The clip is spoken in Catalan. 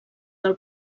del